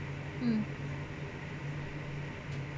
mm